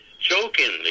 jokingly